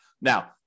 Now